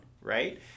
right